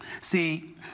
See